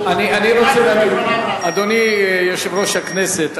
אדוני יושב-ראש הכנסת,